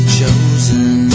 chosen